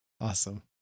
Awesome